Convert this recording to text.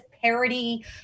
parody